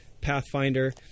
Pathfinder